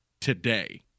Today